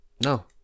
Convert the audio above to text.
No